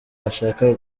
bashaka